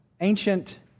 ancient